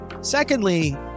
secondly